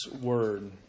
word